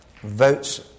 votes